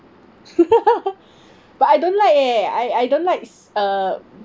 but I don't like eh I I don't like uh